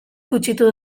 gutxitu